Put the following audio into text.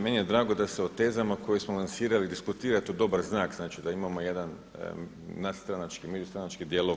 Meni je drago da se o tezama koje smo lansirali diskutira to je dobar znak, znači da imamo jedan nadstranački, međustranački dijalog.